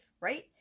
right